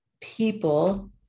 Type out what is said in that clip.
people